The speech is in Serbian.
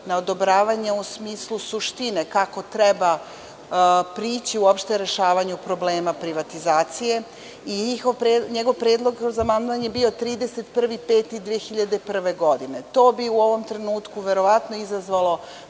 na odobravanje u smislu suštine kako treba prići rešavanju problema privatizacije i njegov predlog za amandman je bio 31.05.2001. godine. To bi u ovom trenutku verovatno izazvalo